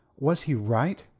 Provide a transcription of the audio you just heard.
was he right,